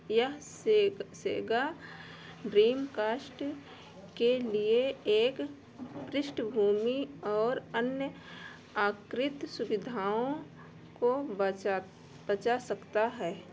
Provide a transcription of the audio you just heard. यह सेग Sega Dreamcast के लिए एक पृष्ठभूमि और अन्य आकृत सुविधाओं को बचा बचा सकता है